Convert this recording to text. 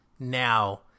now